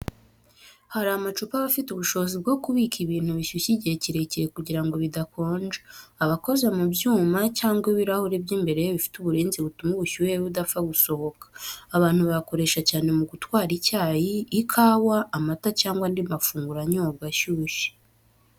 Hari amacupa aba afite ubushobozi bwo kubika ibintu bishyushye igihe kirekire kugira ngo bidakonja. Aba akoze mu byuma, cyangwa ibirahuri by'imbere bifite uburinzi butuma ubushyuhe budapfa gusohoka. Abantu bayakoresha cyane mu gutwara icyayi, ikawa, amata cyangwa andi mafunguro anyobwa ashyushye.